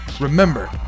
Remember